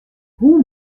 hoe